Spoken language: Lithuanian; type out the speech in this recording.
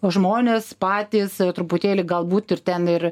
žmonės patys truputėlį galbūt ir ten ir